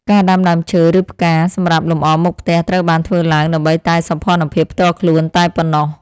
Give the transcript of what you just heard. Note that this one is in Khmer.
ការដាំដើមឈើឬផ្កាសម្រាប់លម្អមុខផ្ទះត្រូវបានធ្វើឡើង ដើម្បីតែសោភ័ណភាពផ្ទាល់ខ្លួនតែប៉ុណ្ណោះ។